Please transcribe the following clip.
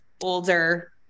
older